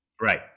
Right